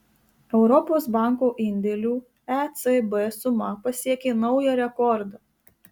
europos bankų indėlių ecb suma pasiekė naują rekordą